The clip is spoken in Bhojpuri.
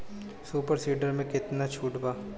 सुपर सीडर मै कितना छुट बा?